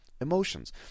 emotions